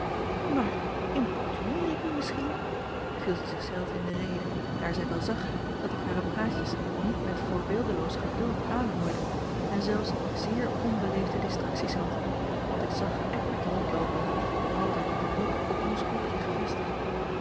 maar importuneer ik u misschien viel zij zich zelve in de rede daar zij wel zag dat ik hare praatjes niet met voorbeeldeloos geduld aanhoorde en zelfs zeer onbeleefde distracties had want ik zag eckbert rondloopen altijd met den blik op ons groepje gevestigd